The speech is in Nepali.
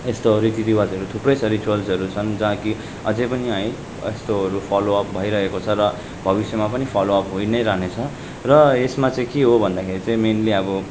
यस्तो रीति रिवाजहरू थुप्रै छ रिच्वाल्सहरू छन् जहाँ कि अझ पनि है यस्तोहरू फलो अप भइरहेको छ र भविष्यमा पनि फलो अप भई नै रहनेछ र यसमा चाहिँ के हो भन्दाखेरि चाहिँ मेन्ली अब